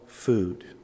Food